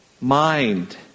mind